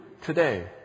today